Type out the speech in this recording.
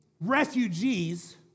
refugees